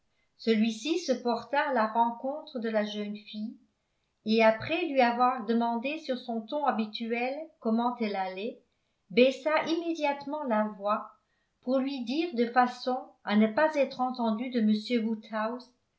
celui-ci se porta à la rencontre de la jeune fille et après lui avoir demandé sur son ton habituel comment elle allait baissa immédiatement la voix pour lui dire de façon à ne pas être entendu de